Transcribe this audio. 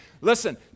listen